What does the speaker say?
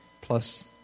plus